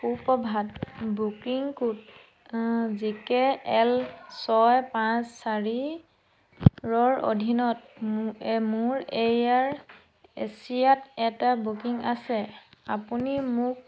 সুপ্ৰভাত booking code J K L ছয় পাঁচ চাৰি ৰৰ অধীনত মোৰ এয়াৰ এছিয়াত এটা বুকিং আছে আপুনি মোক